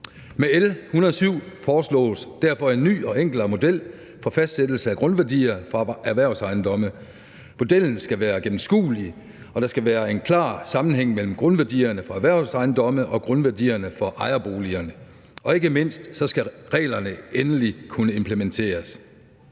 Med L 107 foreslås derfor en ny og enklere model for fastsættelse af grundværdier for erhvervsejendomme. Modellen skal være gennemskuelig, og der skal være en klar sammenhæng mellem grundværdierne for erhvervsejendomme og grundværdierne for ejerboliger, og ikke mindst skal reglerne endelig kunne implementeres.